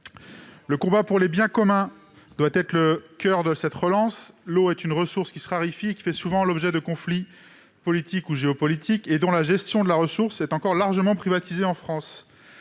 Le combat pour les biens communs doit être au coeur de cette relance. L'eau est une ressource qui se raréfie, qui fait souvent l'objet de conflits politiques, ou géopolitiques, et dont la gestion est en France encore largement confiée au